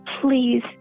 please